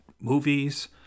movies